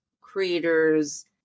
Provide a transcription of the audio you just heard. creators